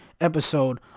episode